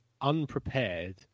unprepared